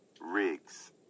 Riggs